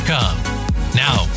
Now